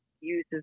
uses